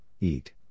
EAT